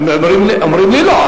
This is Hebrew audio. הם אומרים לי לא.